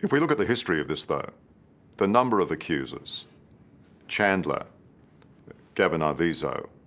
if we look at the history of this though the number of accusers chandler gavin arvizo